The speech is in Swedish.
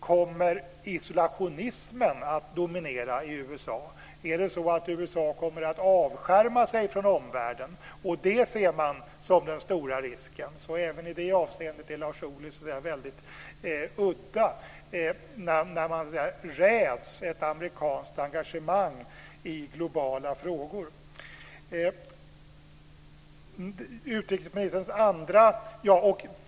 Att isolationismen kommer att dominera i USA och att USA kommer att avskärma sig från omvärlden är det som man ser som den stora risken, så även i det avseendet är Lars Ohly väldigt udda när han räds ett amerikanskt engagemang i globala frågor.